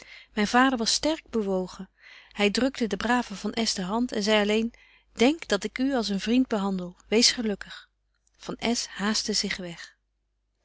myn vader was sterk bewogen hy drukte den braven van s de hand en zei alleen denk dat ik u als een vriend behandel wees gelukkig van s haastte zig weg